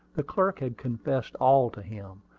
the clerk had confessed all to him.